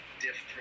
different